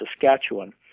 Saskatchewan